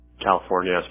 California